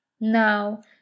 Now